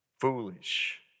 foolish